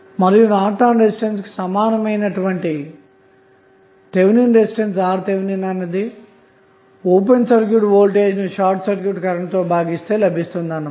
మరియు Norton resistance కు సమానమైనటువంటి థెవెనిన్ రెసిస్టెన్స్ RTh అన్నది ఓపెన్ సర్క్యూట్ వోల్టేజ్ ను షార్ట్ సర్క్యూట్ కరెంట్ తో భాగిస్తే లభిస్తుంది అన్నమాట